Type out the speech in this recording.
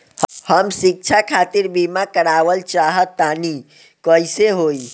हम शिक्षा खातिर बीमा करावल चाहऽ तनि कइसे होई?